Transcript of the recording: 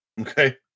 Okay